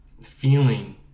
feeling